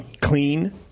clean